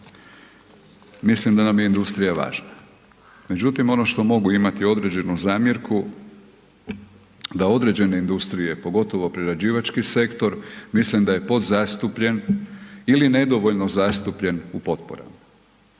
mislim da nam je industrija važna. Međutim ono što mogu imati određenu zamjerku, da određene industrije, pogotovo prerađivački sektor, mislim da je podzastupljen ili nedovoljno zastupljen u potporama.